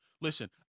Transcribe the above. Listen